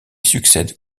succède